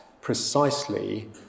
precisely